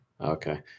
Okay